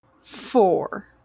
four